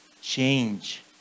change